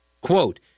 Quote